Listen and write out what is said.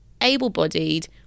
able-bodied